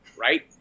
right